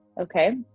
okay